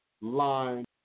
line